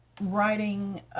writing